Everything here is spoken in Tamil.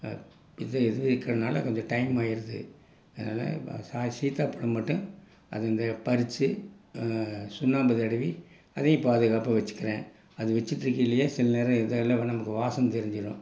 இது இது இருக்கிறனால அது கொஞ்சம் டைம் ஆகிருது அதனால் பா சா சீத்தாப்பழம் மட்டும் அது இந்த பறித்து சுண்ணாம்பை தடவி அதையும் பாதுகாப்பாக வெச்சுக்கிறேன் அது வெச்சுட்ருக்கையிலே சில நேரம் எதெல்லாம் வ நமக்கு வாசம் தெரிஞ்சுரும்